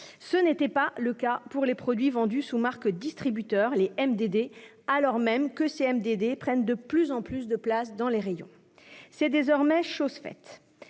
ce n'était pas le cas pour les produits vendus sous marque de distributeur (MDD), alors même que ces produits prennent de plus en plus de place dans les rayons. C'est désormais chose faite.